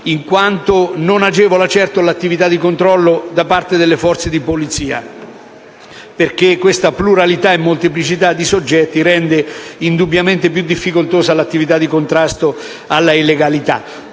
in quanto non agevola certo l'attività di controllo da parte delle forze di polizia, perché questa pluralità e molteplicità di soggetti rende indubbiamente più difficoltosa l'attività di contrasto all'illegalità.